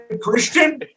Christian